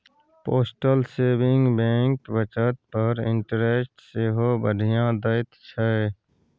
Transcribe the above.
postal saving bank बचत पर interest सेहो बढ़ियाँ दैत छै